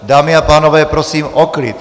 Dámy a pánové, prosím o klid!